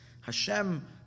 Hashem